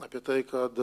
apie tai kad